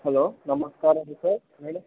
hello నమస్కారం sir నేను